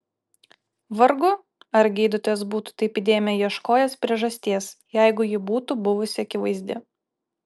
vargu ar gydytojas būtų taip įdėmiai ieškojęs priežasties jeigu ji būtų buvusi akivaizdi